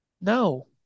No